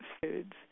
foods